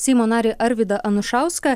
seimo narį arvydą anušauską